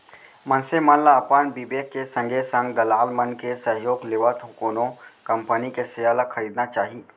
मनसे मन ल अपन बिबेक के संगे संग दलाल मन के सहयोग लेवत कोनो कंपनी के सेयर ल खरीदना चाही